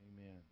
Amen